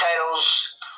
titles